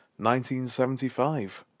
1975